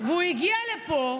הוא הגיע לפה,